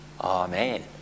Amen